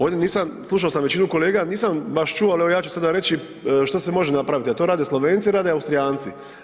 Ovdje nisam, slušo sa većinu kolega, nisam baš čuo, ali evo ja ću sada reći što se može napraviti, a to rade Slovenci, rade Austrijanci.